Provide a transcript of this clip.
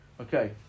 Okay